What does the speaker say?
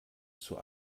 zur